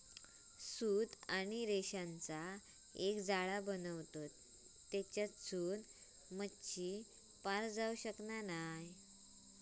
सूत आणि रेशांचो एक जाळा बनवतत तेच्यासून मच्छी पार जाऊ शकना नाय